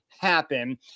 happen